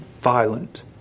violent